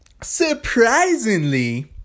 surprisingly